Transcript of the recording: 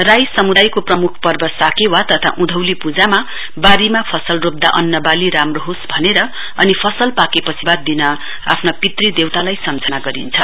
राई समुदायको प्रमुख पर्व साकेवा तथा उँधौली पूजामा बारीमा फसल रोप्दा अन्नवाली राम्रो होस् भनेर अनि फसल पाकेपछि धन्यवाद दिन आफ्ना पितृ देवतालाई सम्झाना गरिन्छ